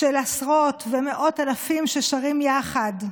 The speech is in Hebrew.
של עשרות ומאות אלפים ששרים יחד.